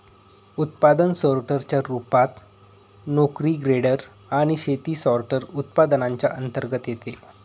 उत्पादन सोर्टर च्या रूपात, नोकरी ग्रेडर आणि शेती सॉर्टर, उत्पादनांच्या अंतर्गत येते